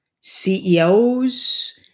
CEOs